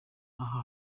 aha